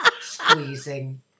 squeezing